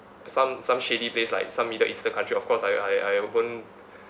some some shady place like some middle eastern country of course I I I won't